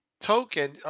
token